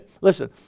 listen